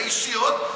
האישיות,